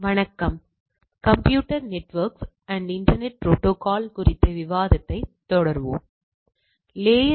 உயிர்புள்ளியியல் மற்றும் சோதனைகளின் வடிவமைப்பு பேரா